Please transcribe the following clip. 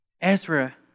Ezra